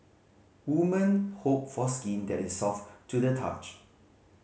women hope for skin that is soft to the touch